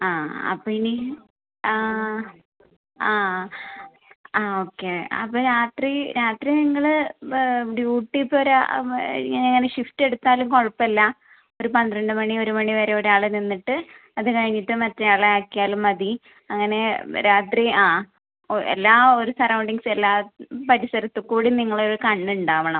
ആ അപ്പോൾ ഇനി ആ ആ ആ ആ ഓക്കെ അപ്പോൾ രാത്രി രാത്രി നിങ്ങള് ഡ്യൂട്ടിക്കൊരാള് ഇങ്ങനെ ഇങ്ങനെ ഷിഫ്റ്റ് എടുത്താലും കുഴപ്പമില്ല ഒര് പന്ത്രണ്ട് മണി ഒര് മണി വരെ ഒരാള് നിന്നിട്ട് അത് കഴിഞ്ഞിട്ട് മറ്റേ ആളെ ആക്കിയാലും മതി അങ്ങനെ രാത്രി ആ ആ എല്ലാ ഒര് സറൗണ്ടിംഗ്സും എല്ലാ പരിസരത്ത് കൂടി നിങ്ങളുടെ കണ്ണ് ഉണ്ടാകണം